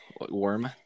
warm